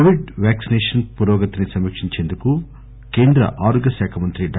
Covid vaccination పురోగతిని సమీక్షించేందుకు కేంద్ర ఆరోగ్యశాఖ మంత్రి డా